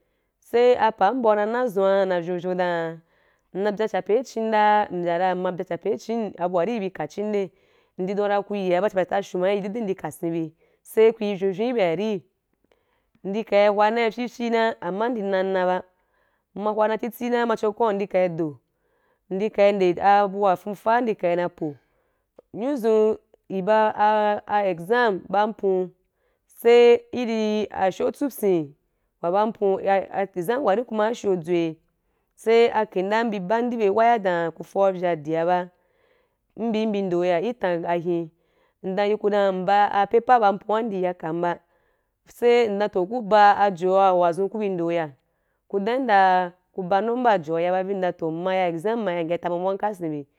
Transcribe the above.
Sai apa mba nana zua na vyou vyou dom’a nna bgaa chepei chim ndaa mbya ra mma byaa chepe i chín abua ri i bi ka chím nde ndi dan u ra ku yia ba a chepe wa tashumaa i yi denden i ka sen bi saí ku í vyou vyou i be ri ndí ka i hwa naí vyii vyii na ama ndi nanna ba mma hwa titi na ma cho kwau ndi kai do ndi ka i nde a bua fuufa ndi ka na po nyo zun i ba ah ah exam ba am ampuu sai i ri ashow tsupyi wa ba ampuu ya ah exam wa rí kuma ashow adzuí saí a kinde bí ban i bye waya dan ku foa vya dia ba mbi mba nde ya i tam ahin ndan yi ku dam mba apaper ba ampua ndi ya kam ba sai ndem too ku ba ajoa wa zun ku bi nde ku ya, ku dan yim dan ku ba number ajoa ya ba vii a dan to mma ya exam mma ya ndi ya ta muamua nka sen bi.